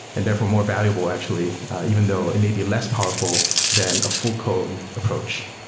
and therefore more valuable actually even though it may be less powerful than a full-code approach